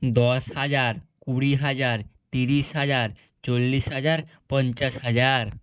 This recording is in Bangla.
দশ হাজার কুড়ি হাজার তিরিশ হাজার চল্লিশ হাজার পঞ্চাশ হাজার